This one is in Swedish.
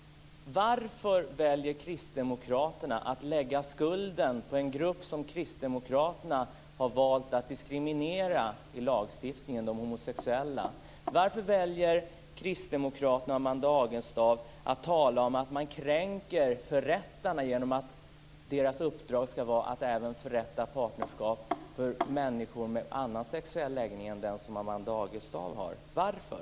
Varför väljer Kristdemokraterna att lägga skulden på en grupp som de har valt att diskriminera i lagstiftningen, nämligen på de homosexuella? Varför säger Kristdemokraterna och Amanda Agestav att man kränker förrättarna genom att deras uppdrag ska vara att även förrätta partnerskap för människor med annan sexuell läggning än den som Amanda Agestav har? Varför?